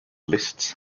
lists